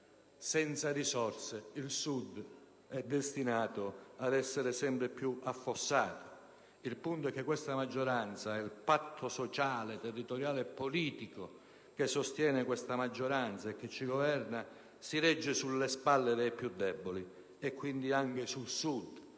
Senza risorse il Sud è destinato ad essere sempre più affossato. La questione è che il patto sociale, territoriale e politico che sostiene la maggioranza che ci governa si regge sulle spalle dei più deboli e quindi anche sul Sud.